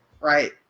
Right